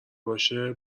باشه